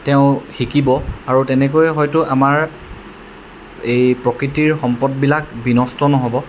তেওঁ শিকিব আৰু তেনেকৈয়ে হয়তো আমাৰ এই প্ৰকৃতিৰ সম্পদবিলাক বিনষ্ট নহ'ব